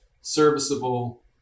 serviceable